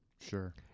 Sure